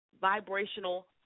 vibrational